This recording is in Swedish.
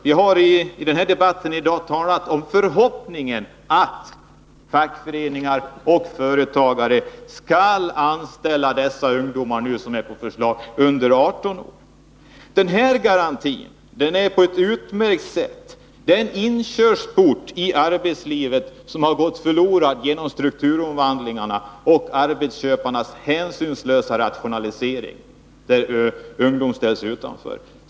Vi hari debatten i dag talat om förhoppningen att fackföreningar och företagare skall anställa dessa ungdomar under 18 års ålder. Denna garanti är på ett utmärkt sätt den inkörsport till arbetslivet som har gått förlorad genom strukturomvandlingarna och arbetsköparnas hänsynslösa rationalisering, där ungdomen ställs utanför.